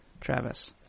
Travis